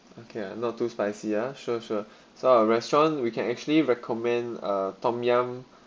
okay not too spicy ah sure sure so our restaurant we can actually recommend uh tom yum